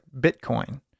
Bitcoin